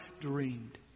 dreamed